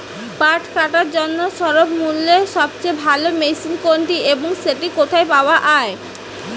পাট কাটার জন্য স্বল্পমূল্যে সবচেয়ে ভালো মেশিন কোনটি এবং সেটি কোথায় পাওয়া য়ায়?